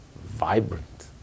vibrant